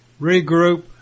regroup